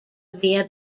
via